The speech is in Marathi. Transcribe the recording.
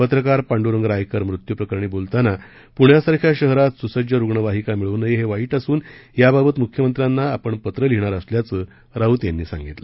पत्रकार पांडुरंग रायकर मृत्यू प्रकरणी बोलताना पुण्यासारख्या शहरात सुसज्ज रुग्णवाहिका मिळू नया क्रिविईट असून याबाबत मुख्यमंत्र्यांना आपण पत्र लिहिणार असल्याचं राऊत यांनी सांगितलं